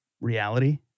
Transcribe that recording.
reality